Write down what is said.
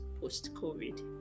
post-Covid